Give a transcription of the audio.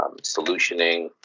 solutioning